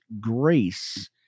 grace